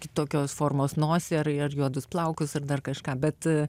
kitokios formos nosį ar juodus plaukus ar dar kažką bet